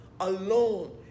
alone